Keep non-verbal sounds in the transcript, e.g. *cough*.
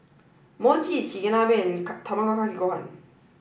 Mochi Chigenabe and *unintelligible* Tamago kake gohan